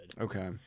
Okay